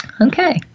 Okay